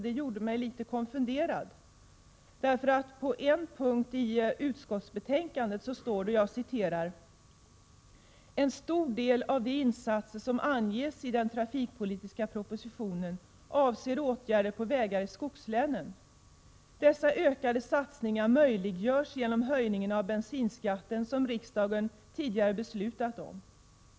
Detta gjorde mig litet konfunderad, med tanke på följande uttalande i betänkandet: ”En stor del av de insatser som anges i den trafikpolitiska propositionen avser åtgärder på vägar i skogslänen. Dessa ökade satsningar möjliggörs genom höjningen av bensinskatten som riksdagen tidigare beslutat om -.